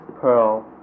pearl